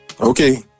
Okay